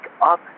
up